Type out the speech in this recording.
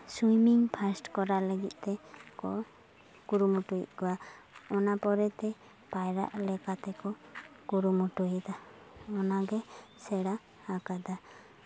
swimming fast ᱠᱚᱨᱟᱣ ᱞᱟᱹᱜᱤᱫ ᱛᱮ ᱠᱚ ᱠᱩᱨᱩᱢᱩᱴᱩᱭᱮᱫ ᱠᱚᱣᱟ ᱚᱱᱟ ᱯᱚᱨᱮᱛᱮ ᱯᱟᱭᱨᱟᱜ ᱞᱮᱠᱟ ᱛᱮᱠᱚ ᱠᱩᱨᱩᱢᱩᱴᱩᱭᱮᱫᱟ ᱚᱱᱟᱜᱮ ᱥᱮᱬᱟ ᱟᱠᱟᱫᱟ